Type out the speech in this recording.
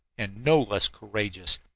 and no less courageous,